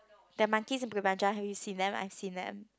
the monkeys in Bukit-Panjang have you seen them I've seen them